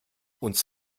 uns